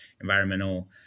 environmental